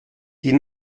die